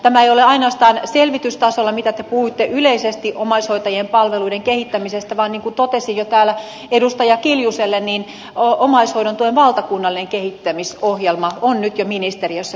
tämä ei ole ainoastaan selvitystasolla mitä te puhuitte yleisesti omaishoitajien palveluiden kehittämisestä vaan niin kuin totesin jo täällä edustaja kiljuselle niin omaishoidon tuen valtakunnallinen kehittämisohjelma on nyt jo ministeriössä työn alla